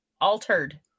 Altered